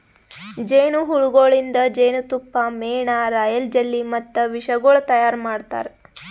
ಜೇನು ಹುಳಗೊಳಿಂದ್ ಜೇನತುಪ್ಪ, ಮೇಣ, ರಾಯಲ್ ಜೆಲ್ಲಿ ಮತ್ತ ವಿಷಗೊಳ್ ತೈಯಾರ್ ಮಾಡ್ತಾರ